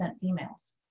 females